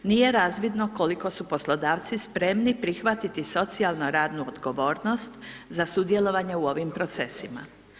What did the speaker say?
Nije razvidno koliko su poslodavci spremni prihvatiti socijalno radnu odgovornost za sudjelovanje u ovim procesima.